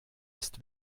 ist